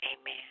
Amen